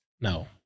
No